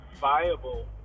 viable